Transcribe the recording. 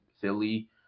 Philly